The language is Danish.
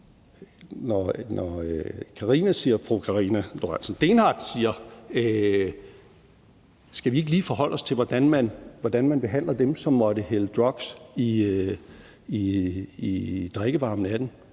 Lorentzen Dehnhardt spørger, om vi ikke lige skal forholde os til, hvordan man behandler dem, som måtte hælde drugs i drikkevarer om natten,